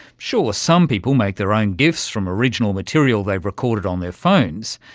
sure, some people make their own gifs from original material they've recorded on their phones,